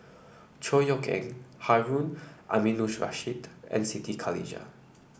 Chor Yeok Eng Harun Aminurrashid and Siti Khalijah